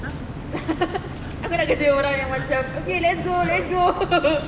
aku nak kerja orang yang macam okay let's go let's go